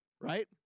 right